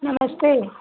नमस्ते